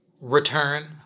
return